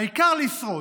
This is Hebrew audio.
העיקר לשרוד.